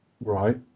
Right